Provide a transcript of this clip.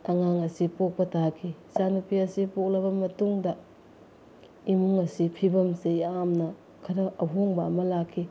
ꯑꯉꯥꯡ ꯑꯁꯤ ꯄꯣꯛꯄ ꯇꯥꯈꯤ ꯏꯆꯥ ꯅꯨꯄꯤ ꯑꯁꯤ ꯄꯣꯛꯂꯕ ꯃꯇꯨꯡꯗ ꯏꯃꯨꯡ ꯑꯁꯤ ꯐꯤꯕꯝꯁꯤ ꯌꯥꯝꯅ ꯈꯔ ꯑꯍꯣꯡꯕ ꯑꯃ ꯂꯥꯛꯈꯤ